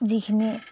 যিখিনি